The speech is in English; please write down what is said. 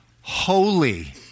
Holy